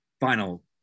final